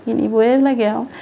কিনিবয়ে লাগে আও